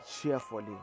cheerfully